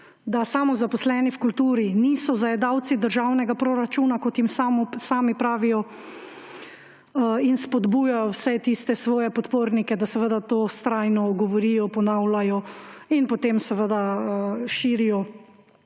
da samozaposleni v kulturi niso zajedavci državnega proračuna, kot jim sami pravijo in spodbujajo vse tiste svoje podpornike, da seveda to vztrajno govorijo, ponavljajo in potem seveda širijo